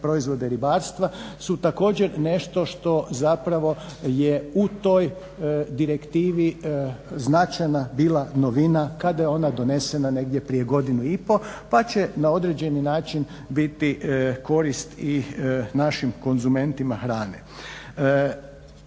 proizvode ribarstva su također nešto što zapravo je u toj direktivi značajna bila novina kada je ona donesena negdje prije godinu i pol pa će na određeni način biti korist i našim konzumentima hrane.